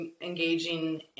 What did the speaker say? engaging